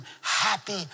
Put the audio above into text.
Happy